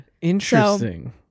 interesting